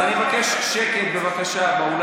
אז אני מבקש שקט באולם.